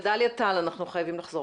אנחנו חוזרים